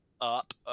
up